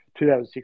2006